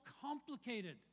complicated